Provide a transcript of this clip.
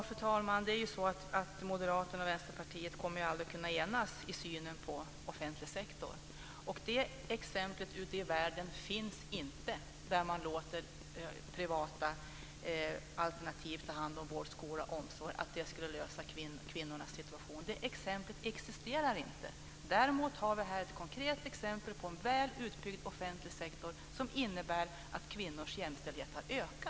Fru talman! Moderaterna och Vänsterpartiet kommer aldrig att kunna enas i synen på offentlig sektor. Det exemplet ute i världen finns inte där man låter privata alternativ ta hand om vård, skola och omsorg och det löser kvinnornas situation. Det exemplet existerar inte. Däremot har vi här ett konkret exempel på en väl utbyggd offentlig sektor som innebär att kvinnors jämställdhet har ökat.